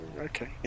Okay